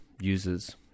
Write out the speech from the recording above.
users